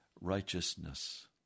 righteousness